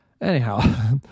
Anyhow